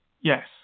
Yes